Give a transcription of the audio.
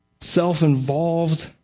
self-involved